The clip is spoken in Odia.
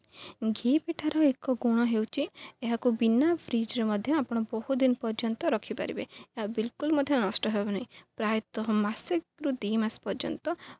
ଘିଅ ପିଠାର ଏକ ଗୁଣ ହେଉଛି ଏହାକୁ ବିନା ଫ୍ରିଜ୍ରେେ ମଧ୍ୟ ଆପଣ ବହୁତ ଦିନ ପର୍ଯ୍ୟନ୍ତ ରଖିପାରିବେ ଏହା ବିଲ୍କୁଲ୍ ମଧ୍ୟ ନଷ୍ଟ ହେବ ନାହିଁ ପ୍ରାୟତଃ ମାସେରୁୁ ଦୁଇ ମାସ ପର୍ଯ୍ୟନ୍ତ